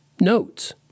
notes